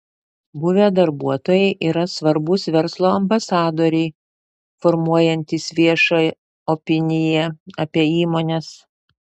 buvę darbuotojai yra svarbūs verslo ambasadoriai formuojantys viešą opiniją apie įmones